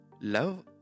love